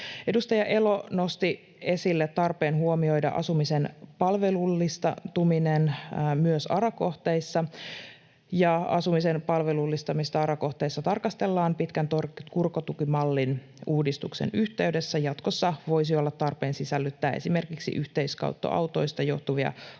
Edustaja Elo nosti esille tarpeen huomioida asumisen palvelullistuminen myös ARA-kohteissa. Asumisen palvelullistamista ARA-kohteissa tarkastellaan pitkän korkotukimallin uudistuksen yhteydessä. Jatkossa voisi olla tarpeen sisällyttää esimerkiksi yhteiskäyttöautoista johtuvia kohtuullisia